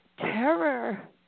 terror